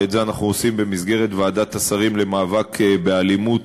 ואת זה אנחנו עושים במסגרת ועדת השרים למאבק באלימות,